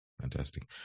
fantastic